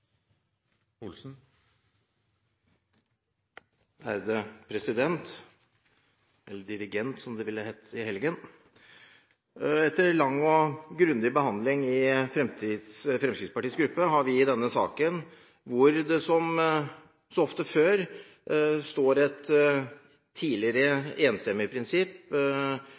Etter lang og grundig behandling i Fremskrittspartiets gruppe har vi i denne saken, hvor det som så ofte før står et tidligere enstemmig prinsipp